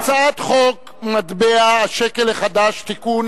הצעת חוק מטבע השקל החדש (תיקון,